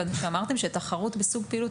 כיוון שאמרתם ש-"תחרות בסוג פעילות